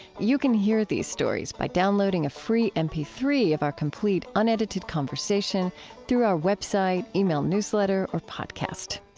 you can hear these stories by downloading a free m p three of our complete unedited conversation through our web site, e-mail newsletter, or podcast.